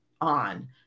on